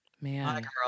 Man